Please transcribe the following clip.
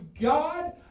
God